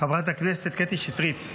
חברת הכנסת קטי שטרית.